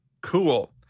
Cool